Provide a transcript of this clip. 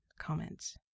comments